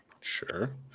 sure